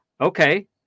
Okay